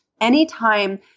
Anytime